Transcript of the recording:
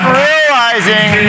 realizing